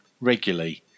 regularly